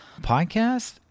Podcast